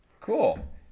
Cool